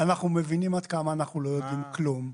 אנחנו מבינים עד כמה אנחנו לא יודעים כלום.